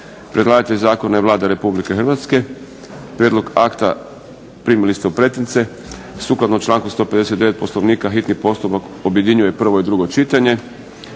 Predlagatelj zakona je Vlada Republike Hrvatske. Prijedlog akta primili ste u pretince. Sukladno članku 159. Poslovnika hitni postupak objedinjuje prvo i drugo čitanje.